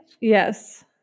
Yes